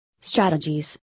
strategies